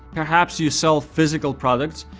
perhaps you sell physical products,